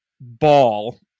ball